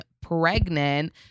pregnant